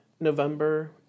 November